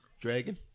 dragon